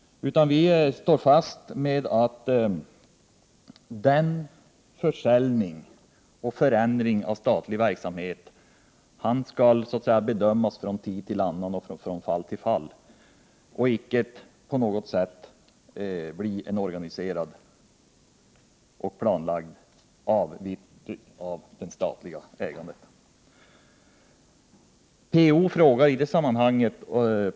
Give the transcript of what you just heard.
Vi håller fast vid att försäljning och förändring av statlig verksamhet skall bedömas från fall till fall och icke bli en organiserad och planlagd avyttring av det statliga ägandet.